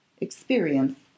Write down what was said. Experience